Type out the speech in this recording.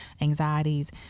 anxieties